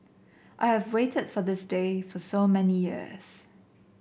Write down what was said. I have waited for this day for so many years